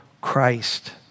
Christ